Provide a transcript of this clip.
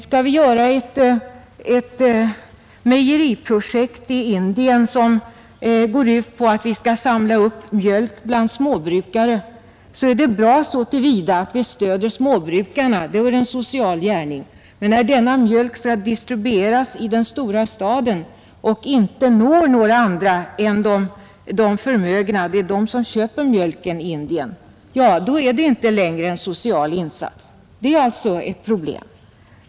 Skall vi genomföra ett mejeriprojekt i Indien, som går ut på att samla upp mjölk bland småbrukare, så är detta bra så till vida att vi stöder småbrukarna — det är en social gärning — men när denna mjölk skall distribueras i den stora staden och den inte når några andra än de förmögna, eftersom det är dessa som köper mjölken i Indien, ja, då är det inte längre en social insats. Det är alltså ett problem.